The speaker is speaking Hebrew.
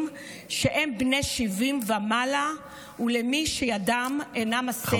שהם בני 70 ומעלה ולמי שידם אינה משגת ובידם דירה אחת בלבד.